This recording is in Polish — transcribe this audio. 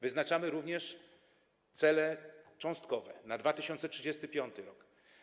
Wyznaczamy również cele cząstkowe na 2035 r.